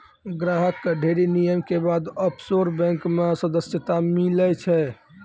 ग्राहक कअ ढ़ेरी नियम के बाद ऑफशोर बैंक मे सदस्यता मीलै छै